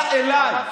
אתה אליי.